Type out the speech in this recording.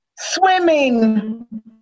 Swimming